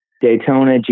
Daytona